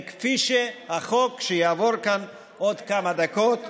וכפי שהחוק שיעבור כאן עוד כמה דקות קובע.